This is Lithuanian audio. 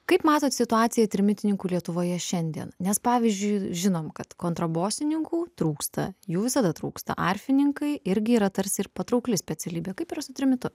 kaip matot situaciją trimitininkų lietuvoje šiandien nes pavyzdžiui žinom kad kontrabosininkų trūksta jų visada trūksta arfininkai irgi yra tarsi ir patraukli specialybė kaip yra su trimitu